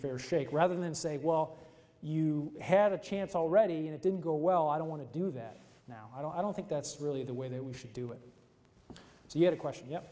fair shake rather than say well you had a chance already and it didn't go well i don't want to do that now i don't i don't think that's really the way that we should do it so you have a question ye